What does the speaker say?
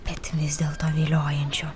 bet vis dėlto viliojančio